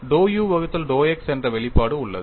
dou u வகுத்தல் dou x என்ற வெளிப்பாடு உள்ளது